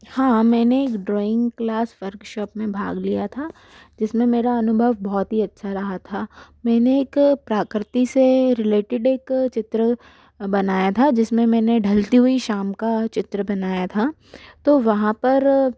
हाँ मैंने drawing class workshop में भाग लिया था जिसमें मेरा अनुभव बहुत ही अच्छा रहा था मैंने एक प्रकृति से रिलेटेड एक चित्र बनाया था जिसमें मैंने ढलती हुई शाम का चित्र बनाया था तो वहाँ पर